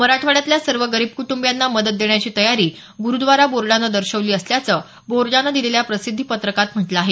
मराठवाड्यातल्या सर्व गरीब कुटुंबियांना मदत देण्याची तयारी गुरुद्वारा बोर्डानं दर्शवली असल्याचं बोर्डानं दिलेल्या प्रसिद्ध पत्रकात म्हटलं आहे